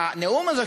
והנאום הזה,